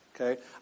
okay